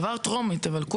אבל הוא עבר טרומית.